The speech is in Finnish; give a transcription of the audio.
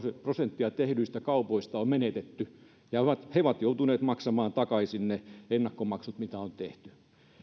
prosenttia tehdyistä kaupoista on menetetty ja he ovat joutuneet maksamaan takaisin ne ennakkomaksut mitä on tehty